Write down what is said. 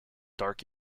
dark